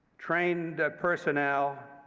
trained personnel,